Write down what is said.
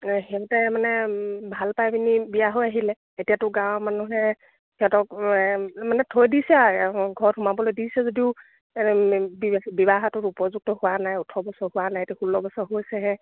সিহঁতে মানে ভাল পাই পিনি বিয়া হৈ আহিলে এতিয়াতো গাঁৱৰ মানুহে সিহঁতক মানে থৈ দিছে ঘৰত সোমাবলৈ দিছে যদিও বিবাহৰতো উপযুক্ত হোৱা নাই ওঠৰ বছৰ হোৱা নাই এইটো ষোল্ল বছৰ হৈছেহে